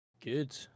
Good